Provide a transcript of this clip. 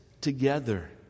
together